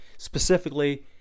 specifically